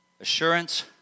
assurance